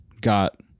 got